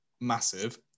massive